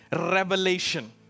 revelation